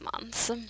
months